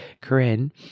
Corinne